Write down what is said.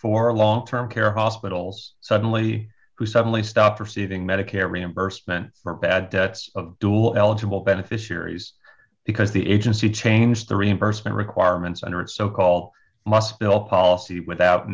for a long term care hospitals suddenly who suddenly stopped receiving medicare reimbursement for bad debts of dual eligible beneficiaries because the agency changed the reimbursement requirements under its so called must bill policy without